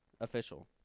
Official